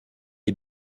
est